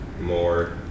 more